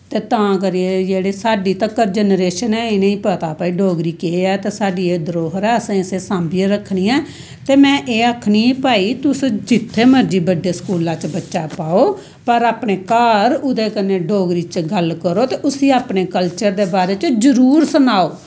ते तां करियै जेह्ड़ी साढ़ी तक्कर जनरेशन ए इनें पता भाई डोगरी केह् ऐ त् साढ़ी एह् धरोहर ऐ असें इसी साम्भियै रक्खनी ऐ ते में एह् आक्खनी भाई तुस जित्थै मर्जी बड्डे स्कूल्ला च बच्चा पाओ पर अपने घर ओहदे कन्नै डोगरी च गल्ल करो ते उसी अपने कल्चर दे बारे च जरूर सनाओ